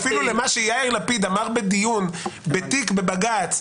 אפילו מה שיאיר לפיד אמר בדיון בתיק בבג"ץ,